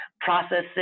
processes